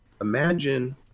imagine